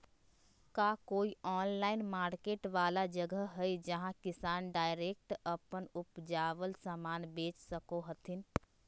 का कोई online market वाला जगह हइ जहां किसान डायरेक्ट अप्पन उपजावल समान बेच सको हथीन?